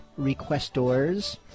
requestors